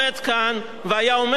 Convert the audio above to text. חברי חברי הכנסת,